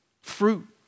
Fruit